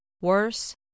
worse